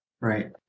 right